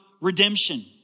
redemption